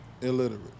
Illiterate